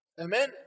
Amen